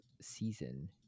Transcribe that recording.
season